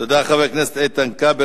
תודה, חבר הכנסת איתן כבל.